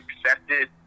accepted